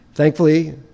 Thankfully